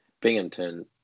Binghamton